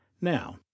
Now